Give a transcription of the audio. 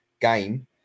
game